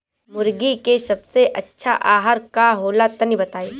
मुर्गी के सबसे अच्छा आहार का होला तनी बताई?